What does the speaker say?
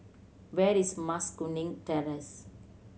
where is Mas Kuning Terrace